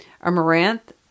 Amaranth